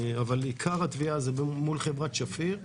אבל עיקר התביעה היא מול חברת שפיר,